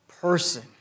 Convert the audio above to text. person